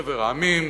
מחבר העמים.